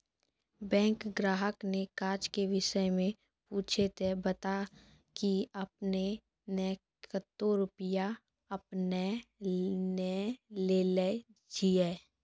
Bank ग्राहक ने काज के विषय मे पुछे ते बता की आपने ने कतो रुपिया आपने ने लेने छिए?